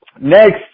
next